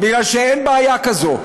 כי אין בעיה כזו.